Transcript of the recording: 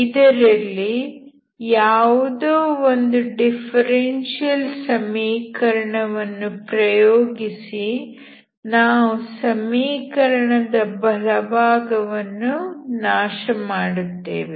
ಇದರಲ್ಲಿ ಯಾವುದೋ ಒಂದು ಡಿಫರೆನ್ಷಿಯಲ್ ಸಮೀಕರಣವನ್ನು ಪ್ರಯೋಗಿಸಿ ನಾವು ಸಮೀಕರಣದ ಬಲಭಾಗವನ್ನು ನಾಶ ಮಾಡುತ್ತೇವೆ